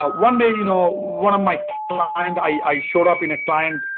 ah one day you know one of my client. i showed up in a client,